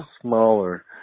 smaller